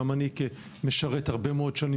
גם אני כמשרת הרבה מאוד שנים,